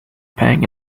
pang